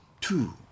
Two